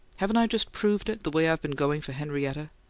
haven't i just proved it, the way i've been going for henrietta?